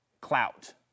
clout